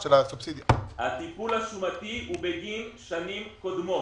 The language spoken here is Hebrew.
הטיפול השומתי הוא בגין שנים קודמות.